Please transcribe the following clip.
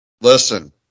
listen